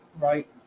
Right